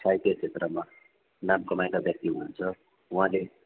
साहित्य क्षेत्रमा नाम कमाएका व्यक्ति हुनुहुन्छ उहाँले